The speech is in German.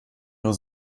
nur